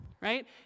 right